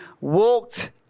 walked